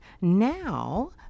now